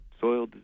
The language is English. soil